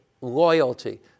loyalty